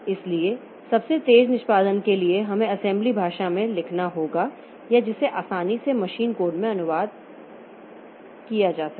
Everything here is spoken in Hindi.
इसलिए सबसे तेज़ निष्पादन के लिए हमें असेंबली भाषा में लिखना होगा या जिसे आसानी से मशीन कोड में अनुवाद करना होगा